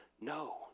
no